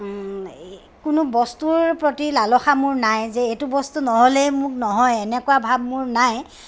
কোনো বস্তুৰ প্ৰতি লালসা মোৰ নাই যে এইটো বস্তু নহ'লেই মোক নহয় এনেকুৱা ভাৱ মোৰ নাই